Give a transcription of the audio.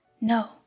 No